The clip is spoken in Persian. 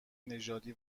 نژادی